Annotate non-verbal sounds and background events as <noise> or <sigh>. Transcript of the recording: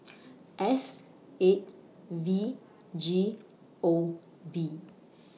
<noise> S eight V G O B